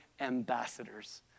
ambassadors